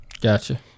gotcha